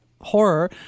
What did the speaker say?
horror